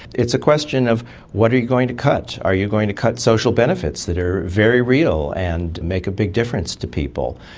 it's a question of what are you going to cut? are you going to cut social benefits that are very real and make a big difference to people?